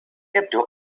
يبدو